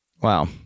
Wow